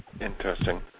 Interesting